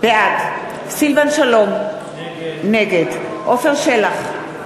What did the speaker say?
בעד סילבן שלום, נגד עפר שלח,